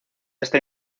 esta